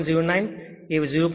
09 A 0